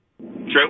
True